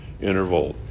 interval